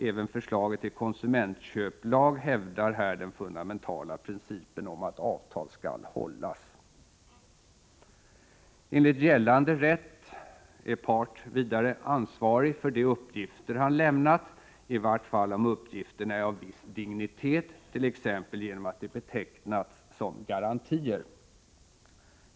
Även förslaget till konsumentköplag hävdar här den fundamentala principen om att avtal skall hållas. Enligt gällande rätt är part vidare ansvarig för de uppgifter han lämnat, i vart fall om uppgifterna är av viss dignitet, t.ex. genom att de betecknas som garantier.